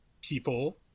people